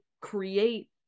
create